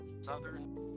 southern